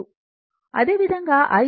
అదేవిధంగా I Im √ 2 rms విలువ